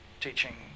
teaching